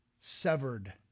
Severed